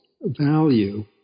value